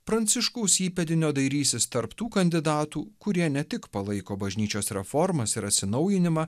pranciškaus įpėdinio dairysis tarp tų kandidatų kurie ne tik palaiko bažnyčios reformas ir atsinaujinimą